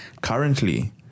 Currently